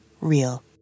real